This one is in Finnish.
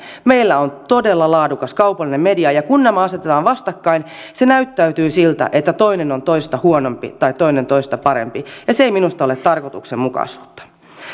meillä on todella laadukas kaupallinen media ja kun nämä asetetaan vastakkain se näyttää siltä että toinen on toista huonompi tai toinen toista parempi ja se ei minusta ole tarkoituksenmukaisuutta